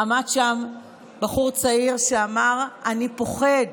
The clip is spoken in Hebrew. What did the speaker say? עמד שם בחור צעיר ואמר: אני פוחד,